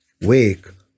wake